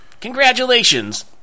congratulations